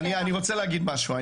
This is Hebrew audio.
אני רוצה להגיד משהו.